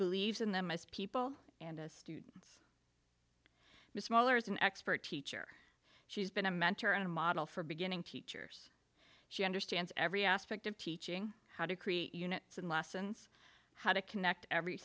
believes in them as people and a students mr waller is an expert teacher she's been a mentor and a model for beginning teachers she understands every aspect of teaching how to create units and lessons how to connect every